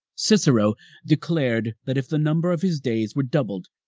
cicero declared that if the number of his days were doubled,